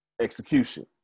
execution